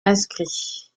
inscrit